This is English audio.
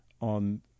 on